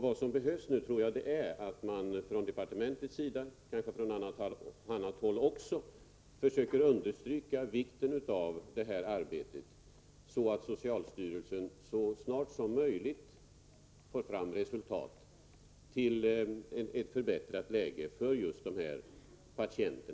Vad som behövs nu är att man från departementets sida och kanske även från annat håll understryker vikten av detta arbete, så att socialstyrelsen så snart som möjligt får fram resultat som leder till ett förbättrat läge för dessa patienter.